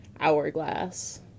hourglass